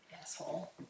asshole